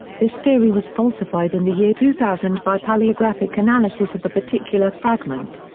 this theory was falsified in the year two thousand by paleographic analysis of the particular fragment.